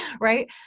right